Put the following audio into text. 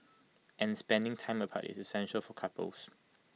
and spending time apart is essential for couples